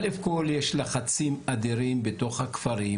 א' כל יש לחצים אדירים בתוך הכפרים,